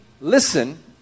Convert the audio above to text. listen